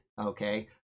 okay